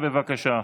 בבקשה.